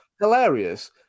hilarious